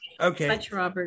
Okay